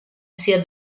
sia